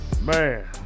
Man